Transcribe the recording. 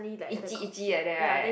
itchy itchy like that right